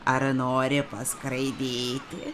ar nori paskraidyti